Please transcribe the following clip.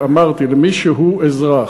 למי שהוא אזרח.